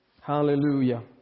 Hallelujah